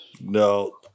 no